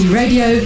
radio